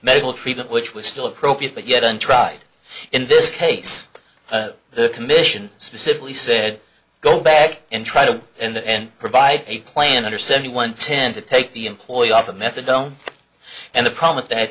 medical treatment which was still appropriate but yet untried in this case the commission specifically said go back and try to and provide a plan under seventy one ten to take the employee off the methadone and the problem of that